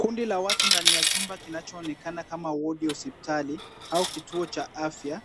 Kundi la watu ndani ya chumba kinachoonekana kama wadi hosipitali au kituo cha afya.